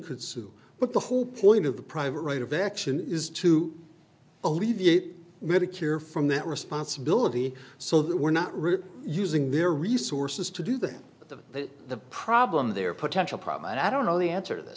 could sue but the whole point of the private right of action is to alleviate medicare from that responsibility so that we're not really using their resources to do that but the problem their potential problem and i don't know the answer t